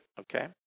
Okay